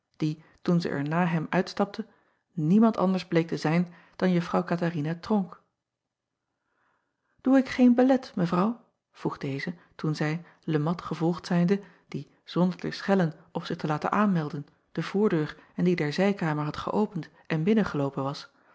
die toen zij er na hem uitstapte niemand anders bleek te zijn dan uffrouw atharina ronck oe ik geen belet evrouw vroeg deze toen zij e at gevolgd zijnde die zonder te schellen of zich te laten aanmelden de voordeur en die der zijkamer had geöpend en binnengeloopen was